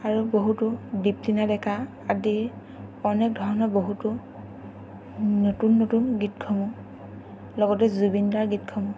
আৰু বহুতো দীপলিনা ডেকাৰ আদি অনেক ধৰণৰ বহুতো নতুন নতুন গীতসমূহ লগতে জুবিন দাৰ গীতসমূহ